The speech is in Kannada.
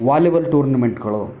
ವಾಲಿಬಾಲ್ ಟೂರ್ನಿಮೆಂಟುಗಳು